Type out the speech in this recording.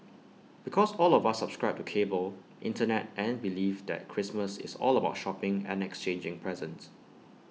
because all of us subscribe to cable Internet and belief that Christmas is all about shopping and exchanging presents